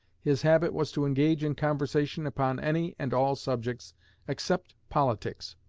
his habit was to engage in conversation upon any and all subjects except politics.